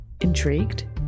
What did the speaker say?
Intrigued